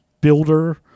builder